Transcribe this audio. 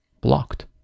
blocked